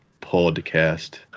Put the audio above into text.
podcast